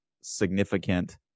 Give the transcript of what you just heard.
significant